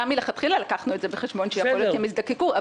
גם מלכתחילה לקחנו בחשבון שיכול להיות שהם יזדקקו.